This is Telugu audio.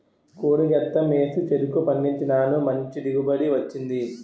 కోడి గెత్తెం ఏసి చెరుకు పండించినాను మంచి దిగుబడి వచ్చింది